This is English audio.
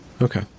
Okay